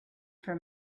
for